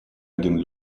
один